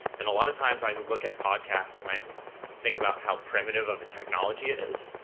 and a lot of times, i look at podcasts, and i think about how primitive of a technology it is